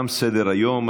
תם סדר-היום,